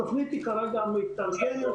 התוכנית כרגע מתארגנת